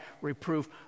reproof